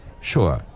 Sure